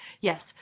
Yes